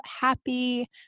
happy